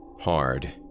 hard